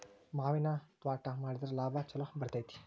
ಮಾವಿನ ತ್ವಾಟಾ ಮಾಡಿದ್ರ ಲಾಭಾ ಛಲೋ ಬರ್ತೈತಿ